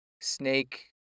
snake